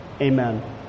Amen